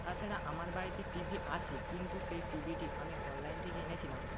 তাছাড়া আমার বাড়িতে টিভি আছে কিন্তু সেই টি ভিটি আমি অনলাইন থেকে এনেছিলাম